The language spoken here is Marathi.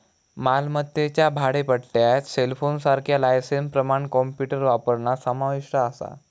मालमत्तेच्या भाडेपट्ट्यात सेलफोनसारख्या लायसेंसप्रमाण कॉम्प्युटर वापरणा समाविष्ट असा